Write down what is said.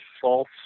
false